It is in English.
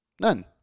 None